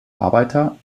arbeiter